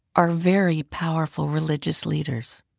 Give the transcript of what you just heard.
are very powerful religious leaders.